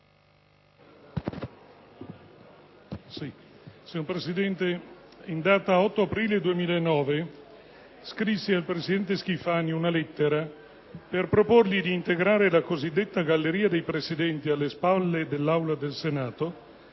Signor Presidente, in data 8 aprile 2009 scrissi al presidente Schifani una lettera per proporgli di integrare la cosiddetta galleria dei Presidenti, alle spalle dell'Aula del Senato,